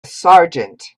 sergeant